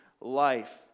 life